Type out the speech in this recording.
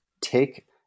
take